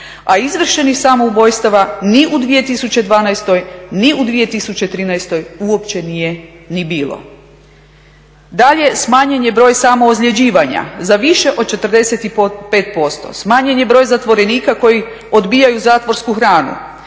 a izvršenih samoubojstava ni u 2012. ni u 2013. uopće nije ni bilo. Dalje, smanjen je broj samoozljeđivanja za više od 45%. Smanjen je broj zatvorenika koji odbijaju zatvorsku hranu.